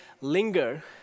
linger